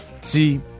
See